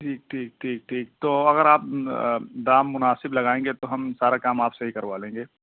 ٹھیک ٹھیک ٹھیک ٹھیک تو اگر آپ دام مناسب لگائیں گے تو ہم سارا کام آپ ہی سے کروا لیں گے